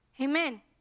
Amen